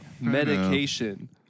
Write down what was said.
medication